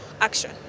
action